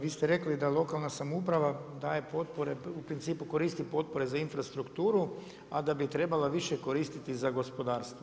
Vi ste rekli da lokalna samouprava daje potpore u principu koristi potpore za infrastrukturu, a da da bi trebala više koristiti za gospodarstvo.